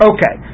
Okay